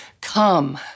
Come